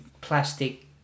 plastic